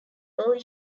early